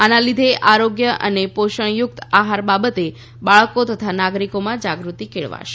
આના લીધે આરોગ્ય અને પૌષણયુક્ત આહાર બાબતે બાળકો તથા નાગરિકોમાં જાગૃતિ કેળવાશે